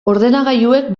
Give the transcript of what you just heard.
ordenagailuek